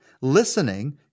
Listening